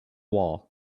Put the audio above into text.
wall